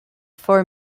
for